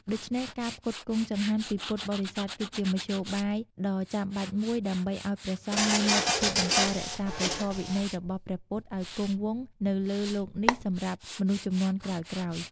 ដូច្នេះ ការផ្គត់ផ្គង់ចង្ហាន់ពីពុទ្ធបរិស័ទ គឺជាមធ្យោបាយដ៏ចាំបាច់មួយដើម្បីឲ្យព្រះសង្ឃមានលទ្ធភាពបន្តរក្សាព្រះធម៌វិន័យរបស់ព្រះពុទ្ធឲ្យគង់វង្សនៅលើលោកនេះសម្រាប់មនុស្សជំនាន់ក្រោយៗ។